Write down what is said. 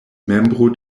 membro